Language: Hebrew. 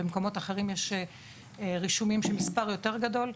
ובמקומות אחרים יש רישומים של מספר יותר גדול.